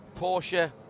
Porsche